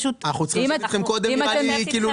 אנחנו צריכים לשבת איתכם קודם לא בדיון.